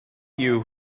you